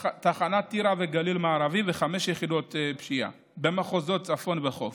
תחנות טירה וגליל מערבי וחמש יחידות פשיעה במחוזות צפון וחוף.